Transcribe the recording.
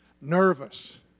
Nervous